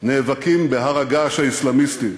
נאבקים בהר-הגעש האסלאמיסטי,